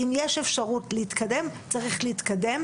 אם יש אפשרות להתקדם צריך להתקדם,